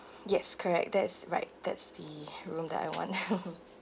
yes correct that's right that's the room that I want